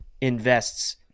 invests